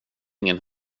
ingen